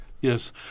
Yes